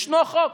יש חוק.